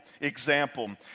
example